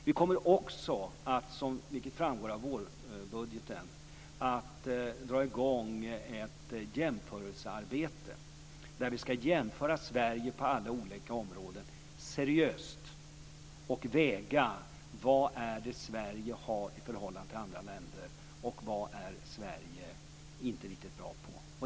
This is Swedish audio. Vi kommer också, vilket framgår av vårbudgeten, att dra i gång ett arbete där vi seriöst skall jämföra vad Sverige har på alla relevanta områden i förhållande till andra länder och vad Sverige inte är riktigt bra på.